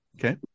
okay